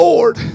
Lord